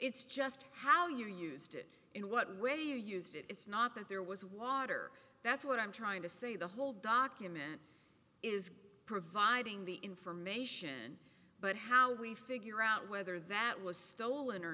it's just how you used it in what way you used it it's not that there was water that's what i'm trying to say the whole document is providing the information but how we figure out whether that was stolen or